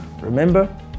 Remember